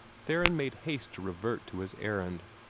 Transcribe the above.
theron made haste to revert to his errand.